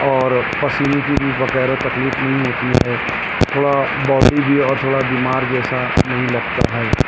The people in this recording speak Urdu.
اور پسینے کی بھی وغیرہ تکلیف نہیں ہوتی ہے تھوڑا باڈی بھی اور تھوڑا بیمار جیسا نہیں لگتا ہے